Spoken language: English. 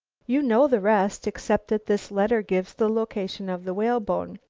you know the rest, except that this letter gives the location of the whalebone.